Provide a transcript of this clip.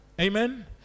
amen